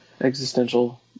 existential